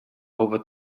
over